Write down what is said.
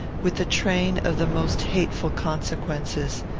with a train of the most hateful consequences.